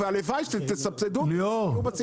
לציבור.